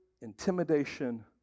intimidation